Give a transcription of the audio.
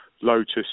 lotus